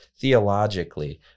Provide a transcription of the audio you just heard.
theologically